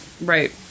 Right